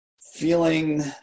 feeling